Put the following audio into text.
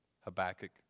Habakkuk